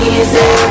Easy